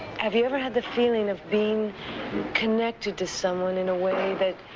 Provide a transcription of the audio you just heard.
have you ever had the feeling of being connected to someone in a way that.